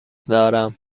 دارم